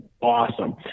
awesome